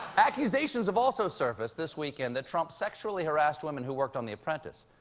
accusations have also surfaced this weekend that trump sexually harassed women who worked on the apprentice.